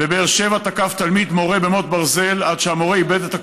בבאר שבע תקף תלמיד מורה במוט ברזל עד שהמורה איבד את הכרתו.